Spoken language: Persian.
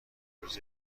روز